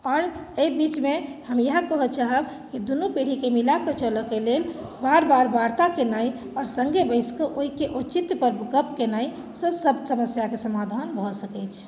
आओर एहि बीचमे हम इएह कहय चाहब जे दुनू पीढ़ीके मिला कऽ चलयके लेल बार बार वार्ता केनाइ आओर सङ्गे बैसिके ओहिके औचित्यपर गप्प केनाइ से सभ समस्याके समाधान भऽ सकैछ